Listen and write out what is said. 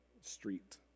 street